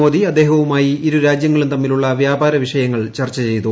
മോദി അദ്ദേഹവുമായി ഇരുരാജ്യങ്ങളും തമ്മിലുള്ള വ്യാപാര വിഷയങ്ങൾ ചർച്ച ചെയ്തു